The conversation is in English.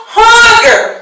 hunger